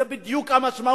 זו בדיוק המשמעות.